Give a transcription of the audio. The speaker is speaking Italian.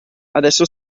adesso